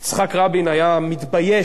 יצחק רבין היה מתבייש